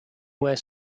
where